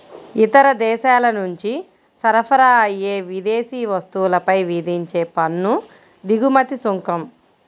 ఇతర దేశాల నుంచి సరఫరా అయ్యే విదేశీ వస్తువులపై విధించే పన్ను దిగుమతి సుంకం